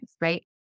right